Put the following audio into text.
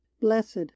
Blessed